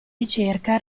ricerca